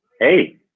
Hey